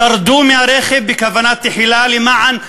ירדו מהרכב בכוונה תחילה, למען יהרגו,